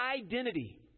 identity